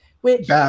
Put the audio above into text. Which-